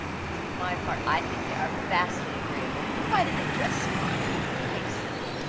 for my part, i think they are vastly agreeable, provided they dress smart and behave civil.